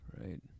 right